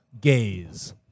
gaze